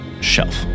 shelf